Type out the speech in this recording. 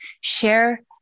share